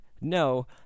no